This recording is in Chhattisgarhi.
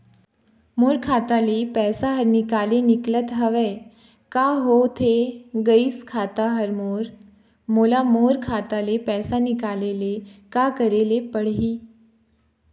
मोर खाता ले पैसा हर निकाले निकलत हवे, का होथे गइस खाता हर मोर, मोला मोर खाता ले पैसा निकाले ले का करे ले पड़ही?